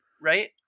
right